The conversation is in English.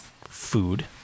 food